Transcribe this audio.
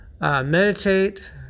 Meditate